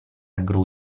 gru